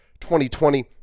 2020